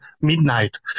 midnight